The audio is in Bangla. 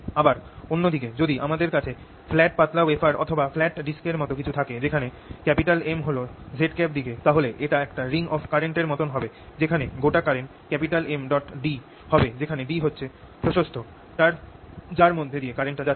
আবার অন্য দিকে যদি আমাদের কাছে ফ্ল্যাট পাতলা ওয়েফার অথবা ফ্ল্যাট ডিস্ক এর মতন কিছু থাকে যেখানে M হল z দিকে তাহলে এটা একটা রিং অফ কারেন্ট এর মতন হবে যেখানে গোটা কারেন্ট M d হবে যেখানে d হচ্ছে প্রস্থ টা যার মধ্য দিয়ে কারেন্ট যাচ্ছে